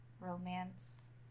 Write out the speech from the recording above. romance